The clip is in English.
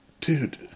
dude